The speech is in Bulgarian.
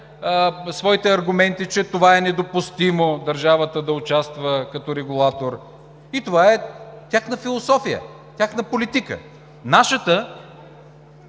своите аргументи, че е недопустимо държавата да участва като регулатор. Това е тяхна философия, тяхна политика. Нашата,